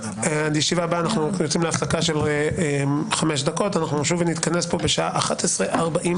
ותגיע למסקנה שרצוי בעיניה שהמדינה תגיש תביעות כלפי הרשות